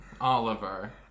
oliver